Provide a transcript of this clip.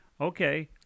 okay